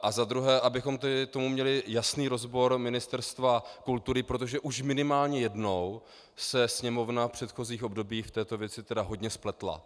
A za druhé, abychom k tomu měli jasný rozbor Ministerstva kultury, protože už minimálně jednou se Sněmovna v předchozích období v této věci hodně spletla.